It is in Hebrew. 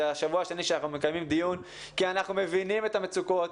זה השבוע השני שאנחנו מקיימים דיון כי אנחנו מבינים את המצוקות.